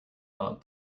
not